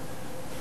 לכלול את